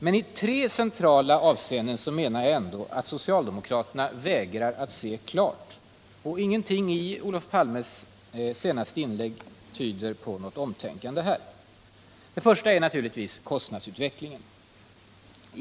Men i tre centrala avseenden menar jag ändå att socialdemokraterna vägrar att se klart, och ingenting i Olof Palmes senaste inlägg tydde på något omtänkande. Det första är naturligtvis kostnadsutvecklingen.